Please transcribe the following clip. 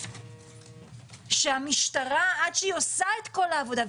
עד שהמשטרה עושה את כל העבודה,